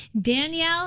Danielle